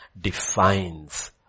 defines